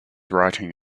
writing